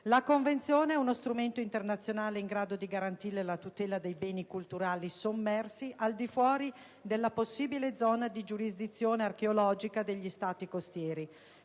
La Convenzione è uno strumento internazionale in grado di garantire la tutela dei beni culturali sommersi al di fuori della possibile zona di giurisdizione archeologica degli Stati costieri,